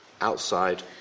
outside